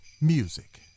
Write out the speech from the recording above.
music